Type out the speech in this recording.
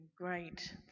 Great